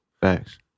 Facts